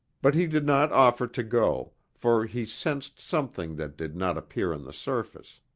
but he did not offer to go, for he sensed something that did not appear on the surface.